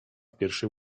pierwszej